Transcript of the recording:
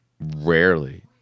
rarely